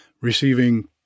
receiving